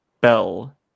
bell